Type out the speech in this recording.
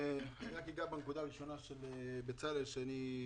אגע רק בנקודה הראשונה של בצלאל סמוטריץ',